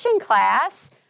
class